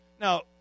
Now